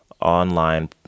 online